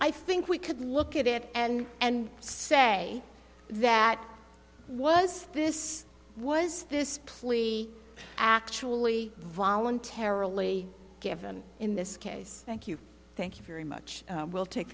i think we could look at it and and say that was this was this plea actually voluntarily given in this case thank you thank you very much we'll take